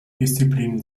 disziplinen